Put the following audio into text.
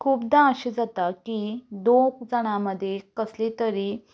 खुबदां अशें जाता की दोग जाणां मदीं कसलें तरी